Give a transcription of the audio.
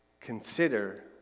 consider